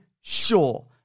sure